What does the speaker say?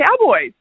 Cowboys